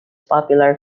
popular